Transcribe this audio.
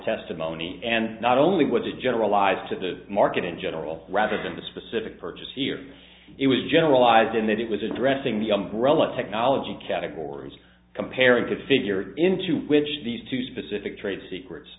testimony and not only was it generalized to the market in general rather than the specific purchase here it was generalized in that it was addressing the umbrella technology categories comparative figure into which these two specific trade secrets